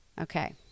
Okay